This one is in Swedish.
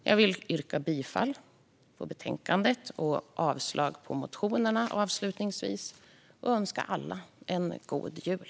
Jag yrkar bifall till utskottets förslag i betänkandet och avslag på motionerna och vill avslutningsvis önska alla en god jul.